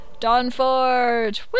Dawnforge